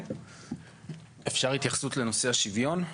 אפשר התייחסות לנושא השוויון?